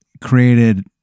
created